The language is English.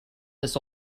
this